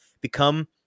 become